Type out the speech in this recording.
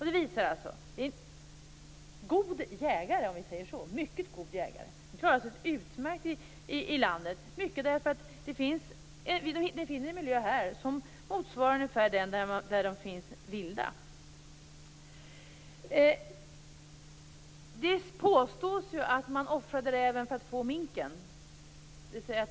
Det visar att minken är en mycket god jägare. Den klarar sig utmärkt i landet, eftersom den finner en miljö här som motsvarar den miljö där de lever vilt. Det påstås att man offrade räven för att få minken.